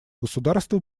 государства